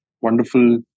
wonderful